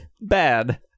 bad